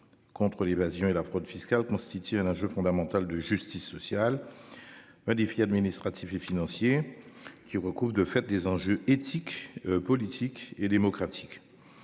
Contre l'évasion et la fraude fiscale constitue un enjeu fondamental de justice sociale. Un défi administratif et financier qui recouvre de faire des enjeux éthiques, politiques et démocratiques.